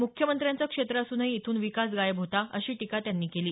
मुख्यमंत्र्यांचं क्षेत्र असूनही इथून विकास गायब होता अशी टीका त्यांनी केली